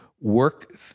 work